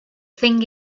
thing